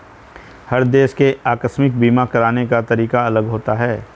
हर देश के आकस्मिक बीमा कराने का तरीका अलग होता है